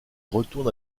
retourne